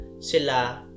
Sila